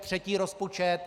Třetí rozpočet.